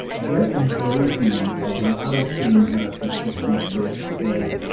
they're invoking a lot of things that are consistent with, say,